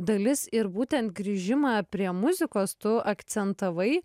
dalis ir būtent grįžimą prie muzikos tu akcentavai